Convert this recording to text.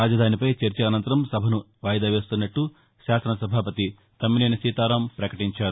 రాజధానిపై చర్చ అసంతరం సభసు వాయిదా వేస్తున్నట్లు శాసనసభాపతి తమ్మినేని సీతారాం పకటించారు